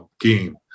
game